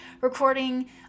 recording